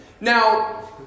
Now